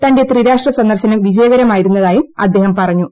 തന്റെ ത്രിരാഷ്ട്ര സന്ദർശനം വിജയകരമായിരുന്നതായും അദ്ദേഹം പറഞ്ഞു